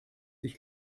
sich